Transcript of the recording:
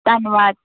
ਧੰਨਵਾਦ